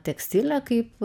tekstilė kaip